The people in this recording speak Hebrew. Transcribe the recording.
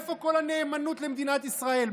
איפה כל הנאמנות למדינת ישראל?